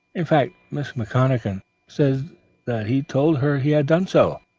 in fact, miss mcconachan says he told her he had done so,